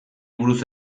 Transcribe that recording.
buruz